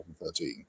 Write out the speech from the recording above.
2013